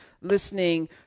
listening